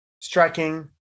striking